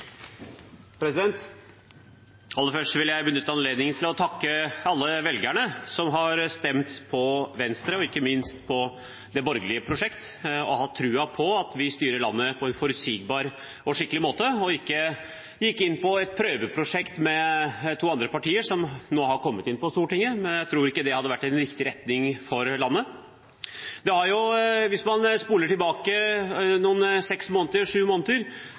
Aller først vil jeg benytte anledningen til å takke alle velgerne som har stemt på Venstre, og ikke minst på det borgerlige prosjektet, som har hatt trua på at vi styrer landet på en forutsigbar og skikkelig måte og ikke gikk inn på et prøveprosjekt med to andre partier, som nå har kommet inn på Stortinget. Jeg tror ikke det hadde vært en riktig retning for landet. Hvis man spoler seks–sju måneder tilbake,